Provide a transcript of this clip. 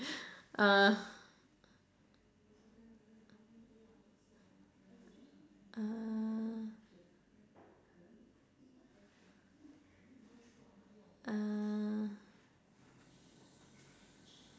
uh uh uh